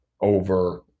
over